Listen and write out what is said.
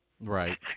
Right